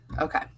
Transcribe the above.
okay